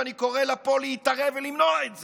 ואני קורא לה פה להתערב ולמנוע את זה,